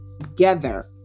together